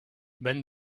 when